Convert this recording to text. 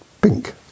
pink